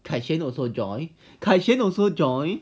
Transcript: kai xuan also join kai xuan also joined